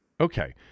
Okay